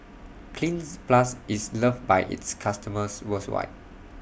Cleanz Plus IS loved By its customers worldwide